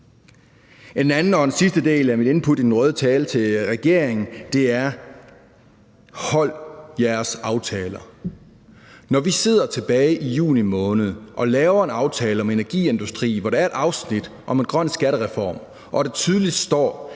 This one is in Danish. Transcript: En anden og sidste del af mit input i den røde tale til regeringen er: Hold jeres aftaler. Når vi sidder tilbage i juni måned og laver en aftale om energi og industri, hvor der er et afsnit om en grøn skattereform og der tydeligt står,